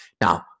now